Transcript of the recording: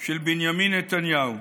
של בנימין נתניהו.